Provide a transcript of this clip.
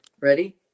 Ready